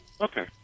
Okay